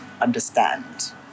understand